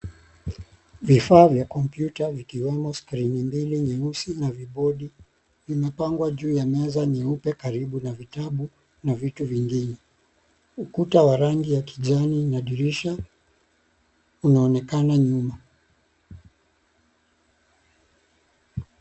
Vifaa vya kompyuta vikiwemo (cs)scrini (cs) mbili nyeusi na (cs)viboodi (cs) vimepangwa juu ya meza nyeupe karibu na vitabu na vitu vingine. Ukuta wa rangi ya kijani na dirisha, unaonekana nyuma.